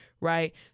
right